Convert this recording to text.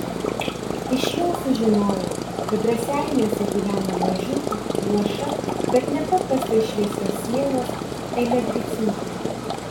iš jo sužinojau kad raseiniuose gyvena mažutė luoša bet nepaprastai šviesios sielos elė griciūtė